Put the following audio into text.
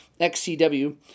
XCW